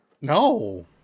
No